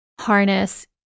harness